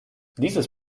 dieses